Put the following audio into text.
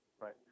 right